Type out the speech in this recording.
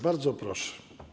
Bardzo proszę.